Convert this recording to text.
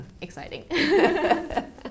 exciting